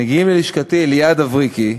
מגיעים ללשכתי אליעד אברקי,